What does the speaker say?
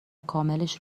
کاملش